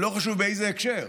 ולא חשוב באיזה הקשר,